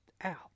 out